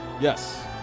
Yes